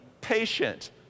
patient